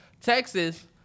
Texas